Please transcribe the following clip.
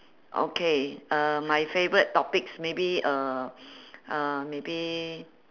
okay uh my favourite topics maybe uh uh maybe